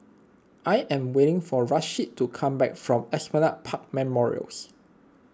I am waiting for Rasheed to come back from Esplanade Park Memorials